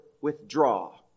withdraw